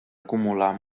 acumular